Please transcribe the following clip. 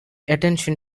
attention